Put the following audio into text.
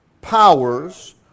powers